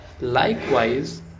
Likewise